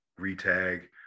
retag